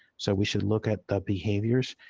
so, we should look at the behaviors.